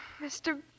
Mr